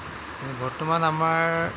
কিন্তু বৰ্তমান আমাৰ